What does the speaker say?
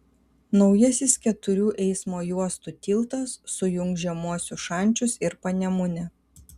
naujasis keturių eismo juostų tiltas sujungs žemuosius šančius ir panemunę